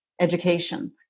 education